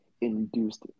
induced